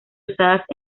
usadas